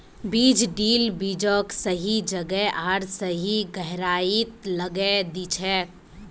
बीज ड्रिल बीजक सही जगह आर सही गहराईत लगैं दिछेक